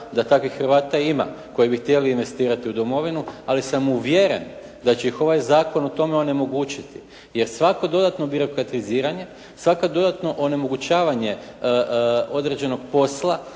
da takvih Hrvata ima koji bi htjeli investirati u Domovinu, ali sam uvjeren da će ih ovaj zakon u tome onemogućiti jer svako dodatno birokratiziranje, svako dodatno onemogućavanje određenog posla